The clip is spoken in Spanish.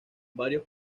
varios